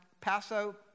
Paso